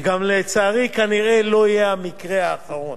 וגם לצערי כנראה לא יהיה המקרה האחרון.